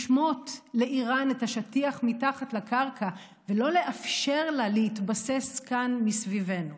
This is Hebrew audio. לשמוט לאיראן את השטיח מתחת לקרקע ולא לאפשר לה להתבסס כאן מסביבנו.